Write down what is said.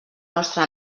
nostra